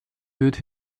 wird